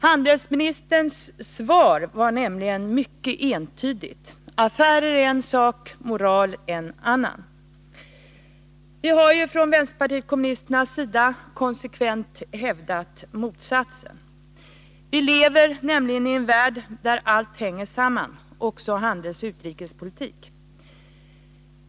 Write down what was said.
Handelsministerns svar var nämligen entydigt: Affärer är en sak, moral en annan. Vänsterpartiet kommunisterna har konsekvent hävdat motsatsen. Vi lever nämligen i en värld där allt hänger samman, också handelsoch utrikespolitik.